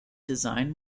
design